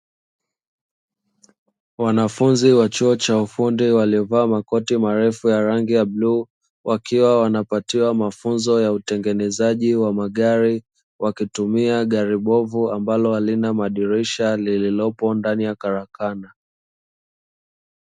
Wanafunzi wa chuo cha ufundi waliovaa makoti marefu ya rangi ya bluu, wakiwa wanapatiwa mafunzo ya utengenezaji wa magari, wakitumia gari bovu ambalo halina madirisha lililopo ndani ya karakana.